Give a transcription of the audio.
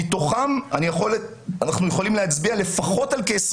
מתוכם אנחנו יכולים להצביע לפחות על כ-20